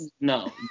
No